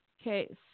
Okay